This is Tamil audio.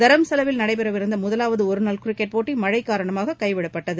தரம்சாவாவில் நடைபெறவிருந்த முதவாவது ஒருநாள் கிரிக்கெட் போட்டி மழை காரணமாக கைவிடப்பட்டது